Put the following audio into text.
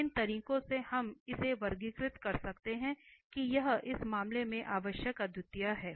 इन तरीकों से हम इसे वर्गीकृत कर सकते हैं कि यह इस मामले में आवश्यक अद्वितीयता है